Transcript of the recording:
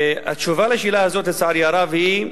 התשובה על השאלה הזאת, לצערי הרב, היא: